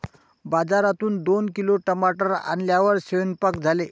बाजारातून दोन किलो टमाटर आणल्यानंतर सेवन्पाक झाले